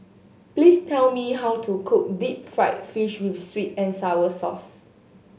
please tell me how to cook deep fried fish with sweet and sour sauce